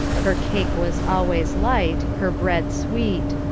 her cake was always light, her bread sweet.